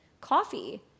Coffee